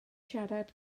siarad